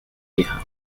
hija